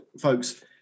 folks